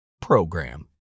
PROGRAM